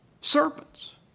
serpents